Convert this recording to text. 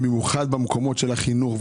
במיוחד במקומות של החינוך,